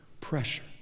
pressure